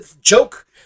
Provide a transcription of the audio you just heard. joke